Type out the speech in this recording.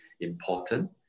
important